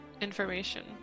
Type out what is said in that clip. information